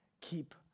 keep